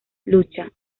lucha